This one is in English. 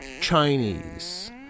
Chinese